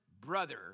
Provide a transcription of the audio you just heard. brother